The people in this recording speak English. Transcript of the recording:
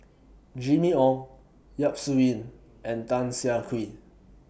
Jimmy Ong Yap Su Yin and Tan Siah Kwee